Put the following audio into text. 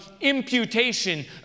imputation